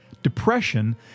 Depression